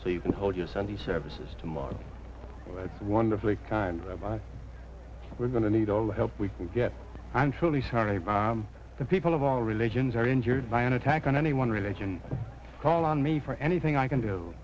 so you can hold your sunday services tomorrow that's wonderfully kind of my we're going to need all the help we can get i'm truly sorry but the people of all religions are injured by an attack on any one religion call on me for anything i can do